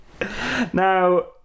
Now